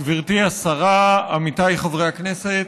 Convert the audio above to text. גברתי השרה, עמיתיי חברי הכנסת,